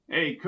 Hey